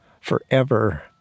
forever